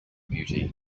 beauty